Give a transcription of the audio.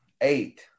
eight